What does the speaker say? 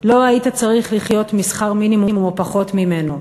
לא היית צריך לחיות משכר מינימום או מפחות ממנו,